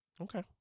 Okay